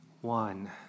one